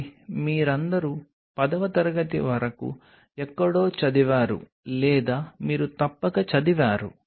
ఇది మీరందరూ 10వ తరగతి వరకు ఎక్కడో చదివారు లేదా మీరు తప్పక చదివారు